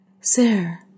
Sir